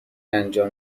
انجام